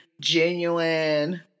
genuine